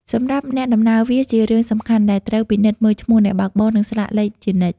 សម្រាប់អ្នកដំណើរ វាជារឿងសំខាន់ដែលត្រូវពិនិត្យមើលឈ្មោះអ្នកបើកបរ និងស្លាកលេខជានិច្ច។